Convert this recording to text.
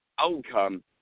outcome